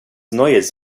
neues